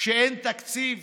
כשאין תקציב